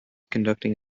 conducting